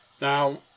Now